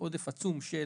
עודף עצום של